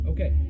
Okay